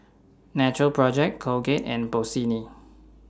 Natural Project Colgate and Bossini